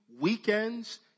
weekends